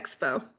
Expo